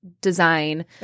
Design